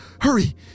Hurry